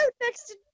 next